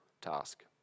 task